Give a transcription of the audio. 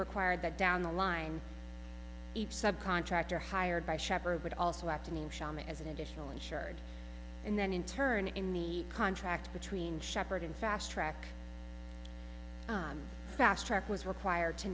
required that down the line each sub contractor hired by sheppard would also act as an additional insured and then in turn in the contract between shepherd and fast track fast track was required to